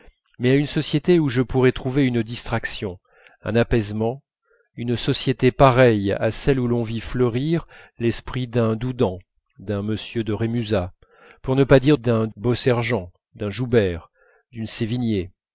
mais à une société où je pourrais trouver une distraction un apaisement une société pareille à celle où l'on vit fleurir l'esprit d'un doudan d'un m de rémusat pour ne pas dire d'un beausergent d'un joubert d'une sévigné